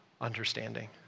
understanding